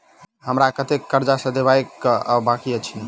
हमरा कतेक कर्जा सधाबई केँ आ बाकी अछि?